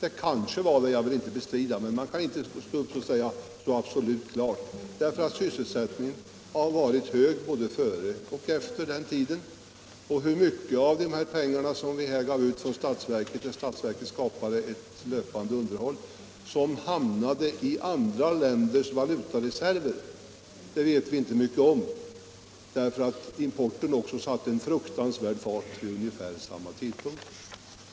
Det kanske var det — det vill jag inte bestrida — men man kan inte påstå det med säkerhet. Sysselsättningen har nämligen varit hög både före och efter den tiden. Hur mycket av de pengar vi gav ut från statsverket genom att man skapade ett löpande underskott som hamnade i andra länders valutareserver vet vi inte mycket om. Vi gör det inte, eftersom importen också fick en fruktansvärd fart ungefär vid samma tidpunkt.